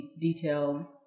detail